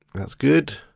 that's good,